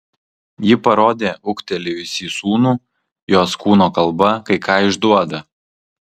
ji parodė ūgtelėjusį sūnų jos kūno kalba kai ką išduoda